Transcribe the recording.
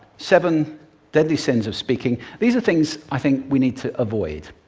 seven deadly sins of speaking. these are things i think we need to avoid.